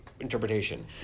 Interpretation